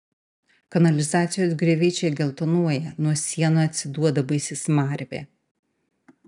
kanalizacijos grioviai čia geltonuoja nuo sienų atsiduoda baisi smarvė